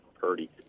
Purdy